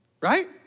right